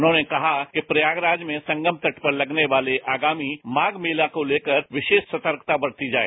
उन्होंने कहा कि प्रयागराज में संगम तट पर लगने वाले आगामी माघ मेला को लेकर विशेष सतर्कता बरती जाए